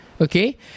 okay